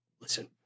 listen